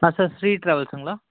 ஆ sir Sri ட்ராவல்ஸுங்களா